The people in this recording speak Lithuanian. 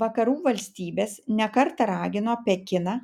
vakarų valstybės ne kartą ragino pekiną